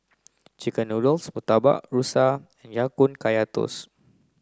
chicken noodles Murtabak Rusa and Ya Kun Kaya Toast